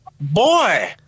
Boy